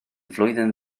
flwyddyn